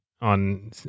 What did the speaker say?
on